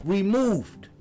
Removed